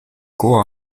goa